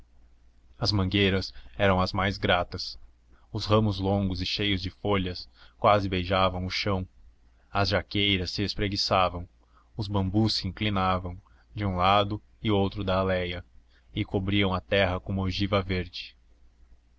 as mangueiras eram as mais gratas os ramos longos e cheios de folhas quase beijavam o chão as jaqueiras se espreguiçavam os bambus se inclinavam de um lado e outro da aléia e cobriam a terra com uma ogiva verde